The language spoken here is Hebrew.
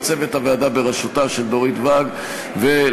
לצוות הוועדה בראשותה של דורית ואג ולייעוץ